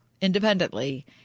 independently